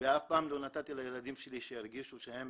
ואף פעם לא נתתי לילדים שלי שירגישו שהם